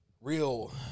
Real